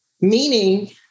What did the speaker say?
meaning